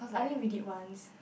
I think we did once